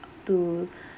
to